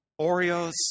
Oreos